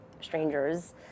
strangers